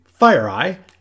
FireEye